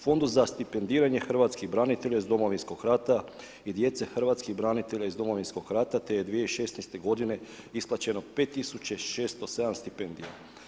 Fondu za stipendiranje hrvatskih branitelja iz Domovinskog rata i djece hrvatskih branitelja iz Domovinskog rata te je 2016. godine isplaćeno 5 tisuće 607 stipendija.